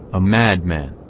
a mad man,